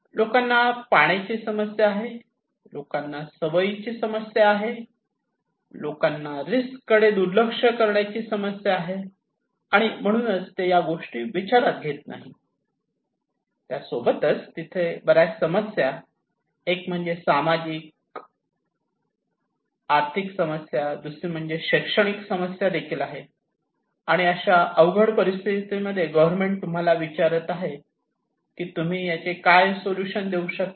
लोकांना पाण्याची समस्या आहे लोकांना सवयीची समस्या आहे लोकांना रिस्क कडे दुर्लक्ष करण्याची समस्या आहे आणि म्हणून ते या गोष्टी विचारात घेत नाही अजून तिथे बऱ्याच समस्या एक म्हणजे सामाजिक आर्थिक समस्या आणि दुसरी म्हणजे शैक्षणिक समस्या देखील आहेत आणि अशा अवघड परिस्थितीमध्ये गव्हर्मेंट तुम्हाला विचारत आहे की तुम्ही याचे काय सोल्युशन देऊ शकतात